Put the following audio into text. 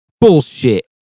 Bullshit